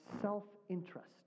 self-interest